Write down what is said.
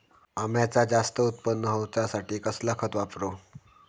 अम्याचा जास्त उत्पन्न होवचासाठी कसला खत वापरू?